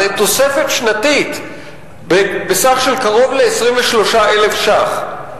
תוספת שנתית בסך של קרוב ל-23,000 שקל.